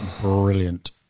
brilliant